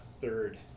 third